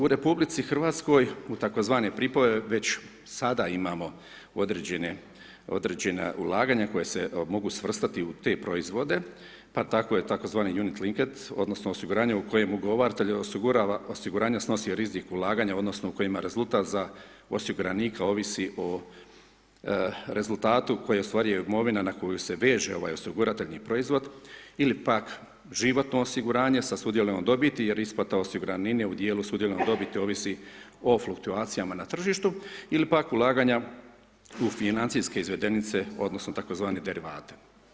U RH, u tzv. PRIP-ove već sada imamo određena ulaganja koje se mogu svrstati u te proizvode, pa tako je tzv. … odnosno, osiguranje u kojemu ugovaratelj osigurava osiguranje snosio rizik ulaganja, odnosno, u kojima ima rezultat za osiguranika ovisi o rezultatu koju je ostvario imovinu na koju se veže ovaj osiguratelji proizvod ili pak životno osiguranje sa sudjelovanjem dobiti, jer isplata osigurnine u dijelu osigurane dobiti ovisi o fluktuacijama na tržištu ili pak ulaganja u financijske izvedenice odnosno, tzv. derivate.